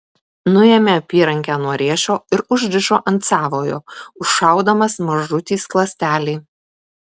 nuėmė apyrankę nuo riešo ir užsirišo ant savojo užšaudamas mažutį skląstelį